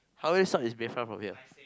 how many stops is Bayfront from here